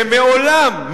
שמעולם,